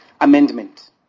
amendment